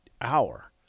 hour –